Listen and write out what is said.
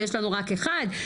יש לנו רק אחד,